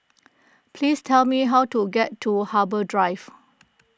please tell me how to get to Harbour Drive